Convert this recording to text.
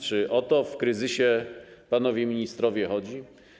Czy o to w kryzysie, panowie ministrowie, chodzi?